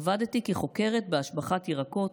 עבדתי כחוקרת בהשבחת ירקות,